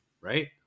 right